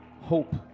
hope